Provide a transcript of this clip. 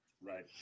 Right